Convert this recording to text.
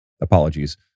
apologies